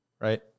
right